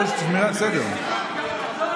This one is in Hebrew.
לא ולא, טלי, או שאת מדברת או שתשמרי על סדר.